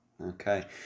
Okay